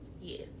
Yes